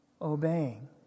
obeying